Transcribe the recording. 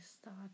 start